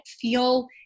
feel